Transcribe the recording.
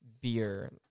beer